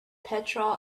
petrol